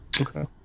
Okay